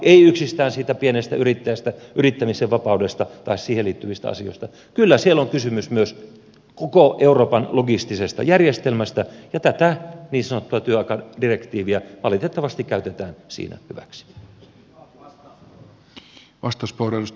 ei yksistään ole kysymys siitä pienestä yrittäjästä yrittämisen vapaudesta tai siihen liittyvistä asioista vaan kyllä samalla on kysymys myös koko euroopan logistisesta järjestelmästä ja tätä niin sanottua työaikadirektiiviä valitettavasti käytetään siinä hyväksi